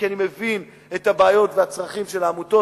כי אני מבין את הבעיות והצרכים של העמותות.